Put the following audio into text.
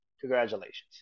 Congratulations